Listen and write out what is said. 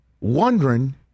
wondering